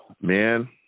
Man